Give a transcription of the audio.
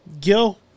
Gil